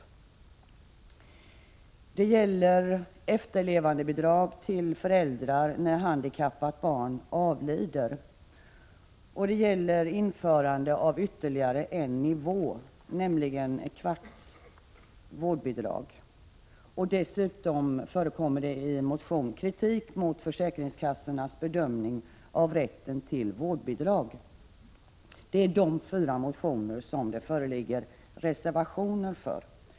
Ändringarna gäller även efterlevandebidrag till föräldrar när ett handikappat barn avlider, och det gäller införande av ytterligare en nivå på vårdbidragen, nämligen en fjärdedels vårdbidrag. Dessutom förekommer det i motionen en kritik mot försäkringskassornas bedömning av rätten till vårdbidrag. Det är i fråga om dessa motioner som det föreligger reservationer.